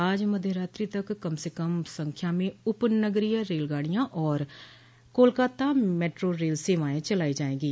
आज मध्य रात्रि तक कम से कम संख्या में उपनगरीय रेलगाडियां और कोलकाता मैट्रो रेल सेवाएं चलाई जाएंगी